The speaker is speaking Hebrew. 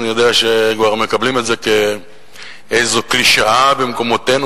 אני יודע שכבר מקבלים את זה כאיזו קלישאה במקומותינו,